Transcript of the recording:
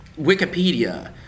Wikipedia